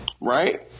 Right